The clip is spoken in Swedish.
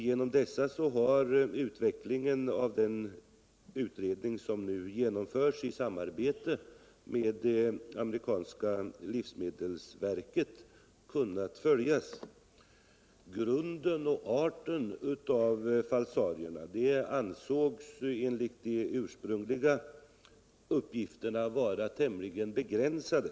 Genom detta har utvecklingen av den utredning som nu genomförs i samarbete med det amerikanska livsmedelsverket kunnat följas. Graden och omfattningen av falsarierna ansågs enligt de ursprungliga uppgifterna vara tämligen begränsade.